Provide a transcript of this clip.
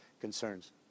concerns